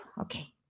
okay